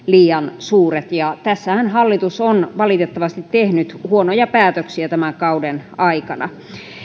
liian suuret ja tässähän hallitus on valitettavasti tehnyt huonoja päätöksiä tämän kauden aikana